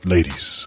Ladies